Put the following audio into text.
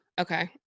Okay